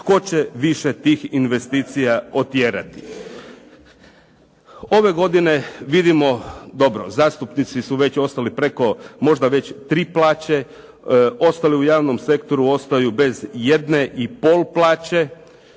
tko će više tih investicija otjerati. Ove godine vidimo, dobro zastupnici su već ostali preko možda već 3 plaće, ostali u javnom sektoru ostaju bez jedne i pol plaće,